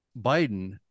biden